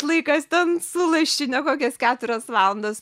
laikas ten su lašine kokias keturias valandas